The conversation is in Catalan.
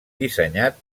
dissenyat